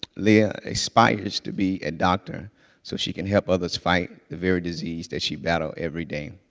lia aspires to be a doctor so she can help others fight the very disease that she battles every day.